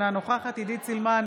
אינה נוכחת עידית סילמן,